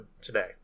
today